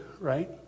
right